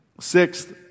Sixth